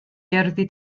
gerddi